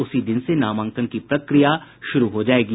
उसी दिन से नामांकन की प्रक्रिया शुरू हो जायेगी